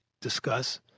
discuss